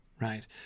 right